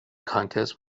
contest